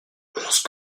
onze